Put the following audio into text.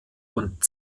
und